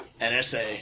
NSA